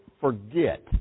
forget